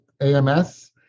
AMS